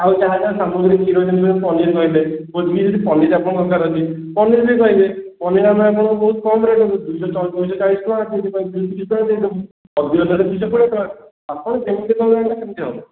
ଆଉ ଯାହା ଯାହା ସାମଗ୍ରୀ କ୍ଷୀର ନେବେ ପନିର୍ କହିଲେ ଭୋଜିରେ ଯଦି ପନିର୍ ଆପଣଙ୍କର ଦରକାର ଅଛି ପନିର୍ ବି ନେଇ ପାଇଲେ ଆମେ ଆପଣଙ୍କୁ ବହୁତ କମ୍ରେ ଦେବୁ ଦୁଇଶହ ଚ ଦୁଇଶହ ଚାଳିଶ ଟଙ୍କା ସେଇଥିପାଇଁ ଦେଇଦେବୁ ଆଉ ଘିଅ ସିଆଡ଼େ ଦୁଇଶହ ତିରିଶ ଟଙ୍କା ଆପଣ ଯେମିତି କହିବେ ଆଜ୍ଞା ସେମିତି ହେବ